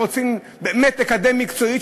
זה לא נקרא שרוצים באמת לקדם מקצועית,